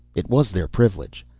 it was their privilege.